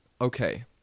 okay